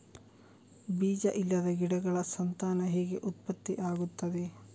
ಬೀಜ ಇಲ್ಲದ ಗಿಡಗಳ ಸಂತಾನ ಹೇಗೆ ಉತ್ಪತ್ತಿ ಆಗುತ್ತದೆ?